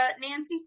nancy